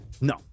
No